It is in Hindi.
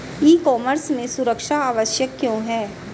ई कॉमर्स में सुरक्षा आवश्यक क्यों है?